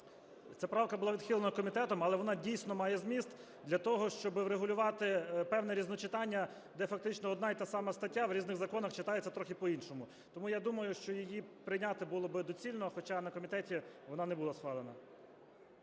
ця правка була відхилена комітетом, але вона, дійсно, має зміст для того, щоби врегулювати певне різночитання, де фактично одна й та сама стаття в різних законах читається трохи по-іншому. Тому я думаю, що її прийняти було би доцільно, хоча на комітеті вона не була схвалена.